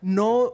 no